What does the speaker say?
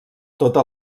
tota